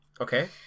Okay